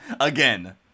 Again